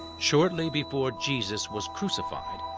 shortly before jesus was crucified,